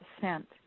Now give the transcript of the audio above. scent